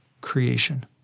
creation